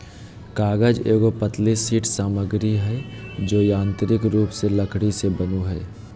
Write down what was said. कागज एगो पतली शीट सामग्री हइ जो यांत्रिक रूप से लकड़ी से बनो हइ